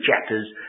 chapters